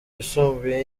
yisumbuye